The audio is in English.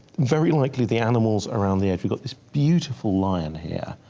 very likely the animals around the edge we got this beautiful lion here